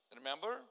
remember